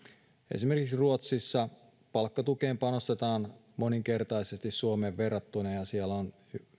esimerkiksi ruotsissa palkkatukeen panostetaan moninkertaisesti suomeen verrattuna ja siellä on